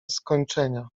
skończenia